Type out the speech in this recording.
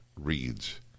reads